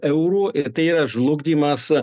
eurų ir tai yra žlugdymas